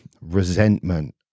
Resentment